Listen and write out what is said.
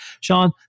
Sean